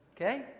Okay